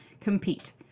compete